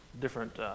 different